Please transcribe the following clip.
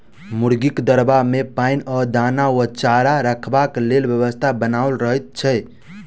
मुर्गीक दरबा मे पाइन आ दाना वा चारा रखबाक लेल व्यवस्था बनाओल रहैत छै